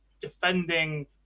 defending